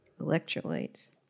electrolytes